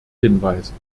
hinweisen